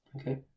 Okay